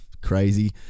crazy